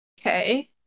Okay